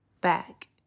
back